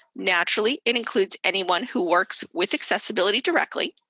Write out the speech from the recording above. naturally, it includes anyone who works with accessibility directly,